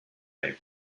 may